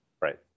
Right